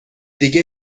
دیگه